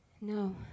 No